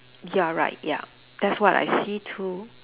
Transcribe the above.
ya right ya that's what I see too